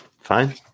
Fine